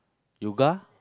yoga